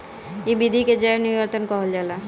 इ विधि के जैव नियंत्रण कहल जाला